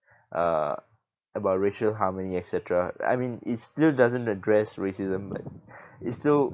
uh about racial harmony et cetera I mean it still doesn't address racism like it's still